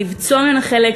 לבצוע ממנה חלק,